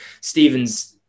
Stephen's